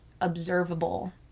observable